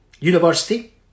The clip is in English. University